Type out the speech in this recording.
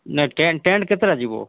tent tent କେତେଟା ଯିବ